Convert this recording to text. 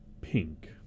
Pink